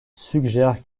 suggère